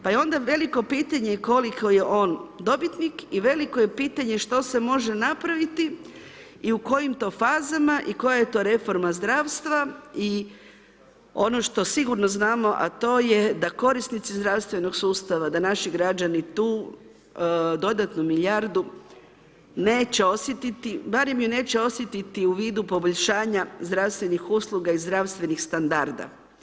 Pa je onda veliko pitanje koliko je on dobitnik i veliko je pitanje što se može napraviti i u kojim to fazama i koja je to reforma zdravstva i ono što sigurno znamo, a to je da korisnici zdravstvenog sustava, da naši građani tu dodatnu milijardu neće osjetiti, barem je neće osjetiti u vidu poboljšanja zdravstvenih usluga i zdravstvenih standarda.